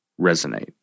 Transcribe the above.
resonate